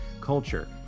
culture